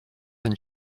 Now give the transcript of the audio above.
than